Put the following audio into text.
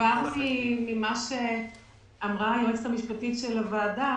ממה שאמרה היועצת המשפטית לוועדה